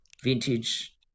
vintage